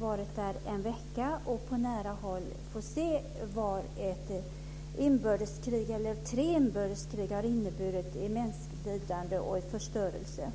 varit där en vecka och har på nära håll fått se vad tre inbördeskrig har inneburit i mänskligt lidande och förstörelse.